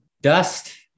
dust